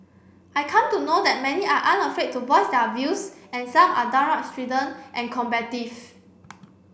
I come to know that many are unafraid to voice their views and some are downright strident and combative